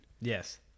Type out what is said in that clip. Yes